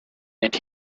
and